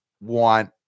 want